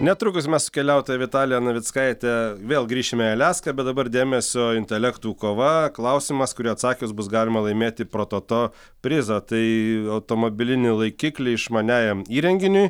netrukus mes su keliautoja vitalija navickaite vėl grįšime į aliaską bet dabar dėmesio intelektų kova klausimas kurį atsakius bus galima laimėti prototo prizą tai automobilinį laikiklį išmaniajam įrenginiui